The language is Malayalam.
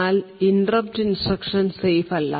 എന്നാൽ ഇൻറെപ്റ്റ് ഇൻസ്ട്രക്ഷൻ സേഫ് അല്ല